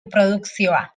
produkzioa